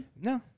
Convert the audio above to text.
no